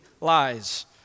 lies